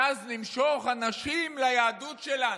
ואז נמשוך אנשים ליהדות שלנו.